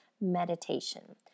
meditation